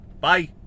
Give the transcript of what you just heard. Bye